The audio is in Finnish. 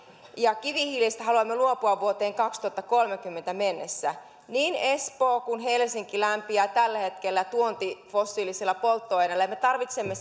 ja kivihiilestä haluamme luopua vuoteen kaksituhattakolmekymmentä mennessä niin espoo kuin helsinki lämpiää tällä hetkellä tuontifossiilisilla polttoaineilla ja me tarvitsemme